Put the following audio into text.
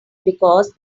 because